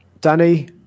Danny